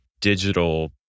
digital